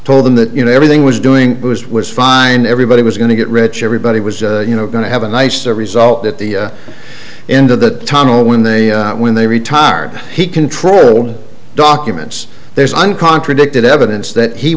told them that you know everything was doing was fine everybody was going to get rich everybody was you know going to have a nice the result at the end of the tunnel when they when they retired he control documents there's one contradicted evidence that he